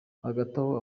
hagataho